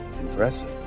Impressive